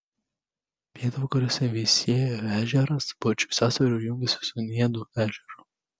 pietvakariuose veisiejo ežeras plačiu sąsiauriu jungiasi su niedų ežeru